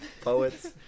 poet's